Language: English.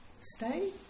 stay